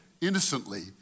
innocently